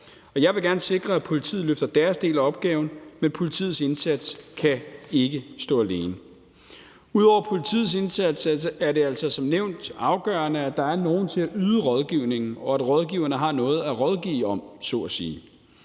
Jeg vil gerne sikre, at politiet løfter deres del af opgaven, men politiets indsats kan ikke stå alene. Ud over politiets indsats er det altså som nævnt afgørende, at der er nogen til at yde rådgivningen, og at rådgiverne har noget at rådgive om så at sige.